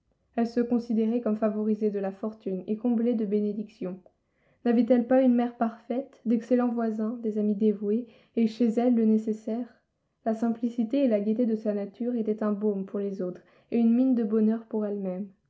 elle se considérait comme favorisée de la fortune et comblée de bénédictions n'avait-elle pas une mère parfaite d'excellents voisins des amis dévoués et chez elle le nécessaire la simplicité et la gaieté de sa nature étaient un baume pour les autres et une mine de bonheur pour elle-même